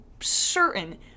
certain